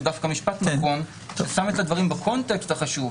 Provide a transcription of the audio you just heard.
זה דווקא משפט נכון ששם את הדברים בקונטקסט החשוב.